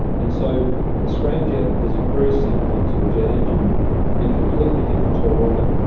and so a scramjet is very similar to a jet engine and completely different to a rocket.